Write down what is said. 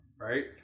right